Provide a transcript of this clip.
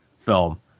film